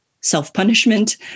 self-punishment